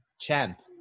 Champ